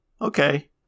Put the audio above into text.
okay